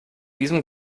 diesem